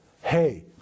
Hey